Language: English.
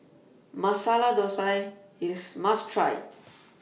Masala Dosa IS must Try